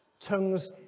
tongues